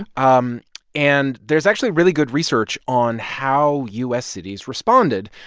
um and there's actually really good research on how u s. cities responded,